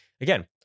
again